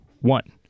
one